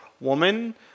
woman